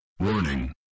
Warning